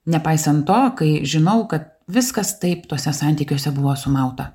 nepaisant to kai žinau kad viskas taip tuose santykiuose buvo sumauta